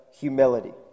humility